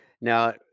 now